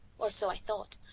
or so i thought,